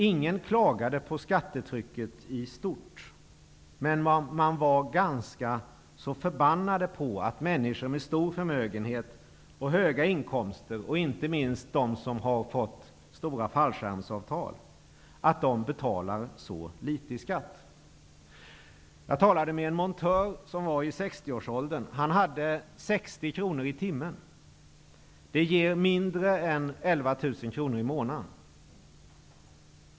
Ingen klagade på skattetrycket i stort, men man var ganska förbannad på att männsikor med stor förmögenhet och höga inkomster -- inte minst de som har fått stora fallskärmsavtal -- betalar så litet i skatt. Jag talade med en montör i 60-årsåldern. Han hade 60 kr i timmen. Det ger mindre än 11 000 kr i månaden.